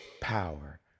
power